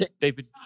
David